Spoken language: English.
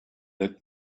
let